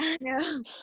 No